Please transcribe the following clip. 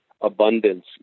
abundance